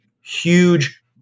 huge